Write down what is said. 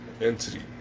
entity